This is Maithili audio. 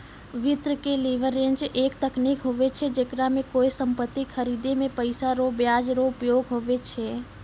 वित्त मे लीवरेज एक तकनीक हुवै छै जेकरा मे कोय सम्पति खरीदे मे पैसा रो ब्याज रो उपयोग हुवै छै